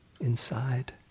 inside